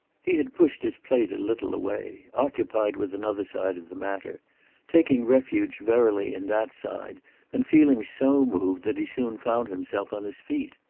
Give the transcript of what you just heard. he had pushed his plate a little away, occupied with another side of the matter taking refuge verily in that side and feeling so moved that he soon found himself on his feet.